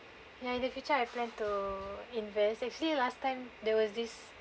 ya in the future I plan to invest actually last time there was this